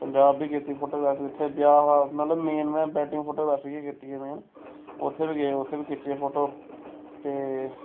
पंजाब बी कीती फोटोग्राफी उत्थै ब्याह् हा मतलब मेन में वैडिंग फोटोग्राफी गै कीती ऐ मेन उत्थै बी गे उत्थै बी खिच्चियै फोटो ते